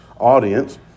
audience